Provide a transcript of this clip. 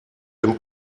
jim